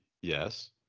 Yes